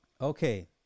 Okay